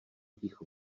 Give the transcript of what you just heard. ticho